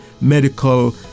medical